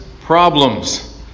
problems